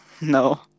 No